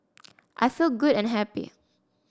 I feel good and happy